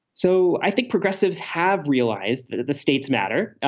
so i think progressives have realized that the states matter,